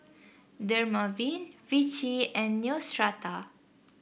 Dermaveen Vichy and Neostrata